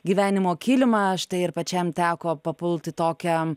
gyvenimo kilimą štai ir pačiam teko papult į tokią